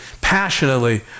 passionately